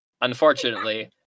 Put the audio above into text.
Unfortunately